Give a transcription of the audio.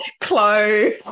clothes